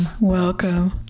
Welcome